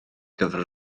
gyfer